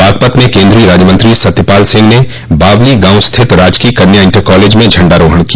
बागपत में केन्द्रीय राज्यमंत्री सत्यपाल सिंह ने बावली गॉव स्थित राजकीय कन्या इण्टर कालेज में झण्डारोहण किया